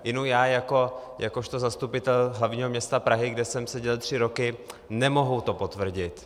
Inu, já jakožto zastupitel hlavního města Prahy, kde jsem seděl tři roky, to nemohu potvrdit.